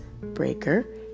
Breaker